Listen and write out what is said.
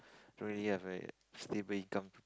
really have a stable income